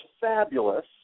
fabulous